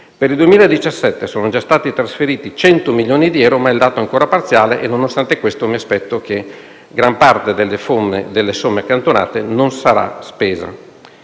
Per il 2017 sono già stati trasferiti 100 milioni di euro - ma il dato è ancora parziale - e, nonostante questo, mi aspetto che gran parte delle somme accantonate non sarà spesa.